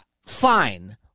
Fine